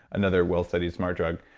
another well-studied smart drug.